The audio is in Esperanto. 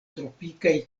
tropikaj